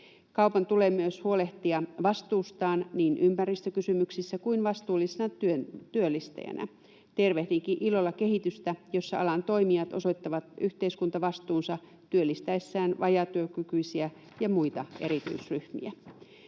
Kaupan tulee myös huolehtia vastuustaan niin ympäristökysymyksissä kuin vastuullisena työllistäjänä. Tervehdinkin ilolla kehitystä, jossa alan toimijat osoittavat yhteiskuntavastuunsa työllistäessään vajaatyökykyisiä ja muita erityisryhmiä.